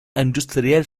industriel